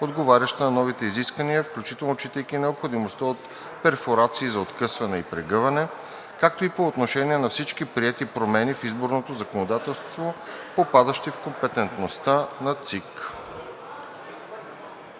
отговаряща на новите изисквания, включително отчитайки необходимостта от перфорации за откъсване и прегъване, както и по отношение на всички приети промени в изборното законодателство, попадащи в компетентността на ЦИК.